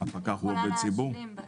הפקח הוא עובד ציבור.